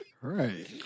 Right